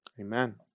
Amen